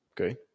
Okay